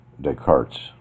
Descartes